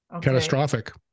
catastrophic